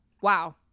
Wow